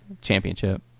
Championship